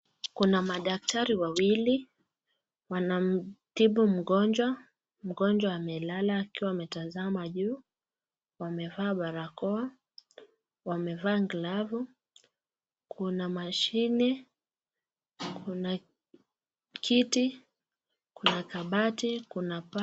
Kuna madaktari wawili wanamtibu mgonjwa mgonjwa amelala ametasama juu wamefaa barakoa wamefaa kilofu Kuna mashini Kuna kiti Kuna kabati kuna pa.